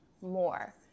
more